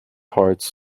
hearts